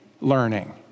learning